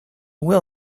will